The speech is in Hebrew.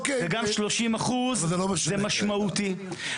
וגם 30% זה משמעותי.